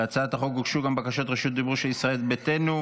להצעת החוק הוגשו גם בקשות רשות דיבור של ישראל ביתנו,